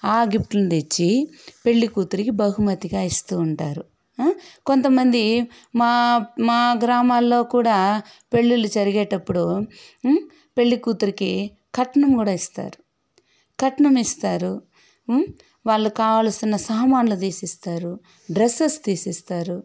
ఆ గిఫ్ట్లను తెచ్చి పెళ్ళికూతురికి బహుమతిగా ఇస్తూ ఉంటారు కొంతమంది మా మా గ్రామాల్లో కూడా పెళ్ళిళ్ళు జరిగేటప్పుడు పెళ్ళికూతురికి కట్నం కూడా ఇస్తారు కట్నం ఇస్తారు వాళ్ళకు కావాల్సిన సామాన్లు తీసిస్తారు డ్రెస్సెస్ తీసిస్తారు